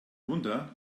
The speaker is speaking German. wunder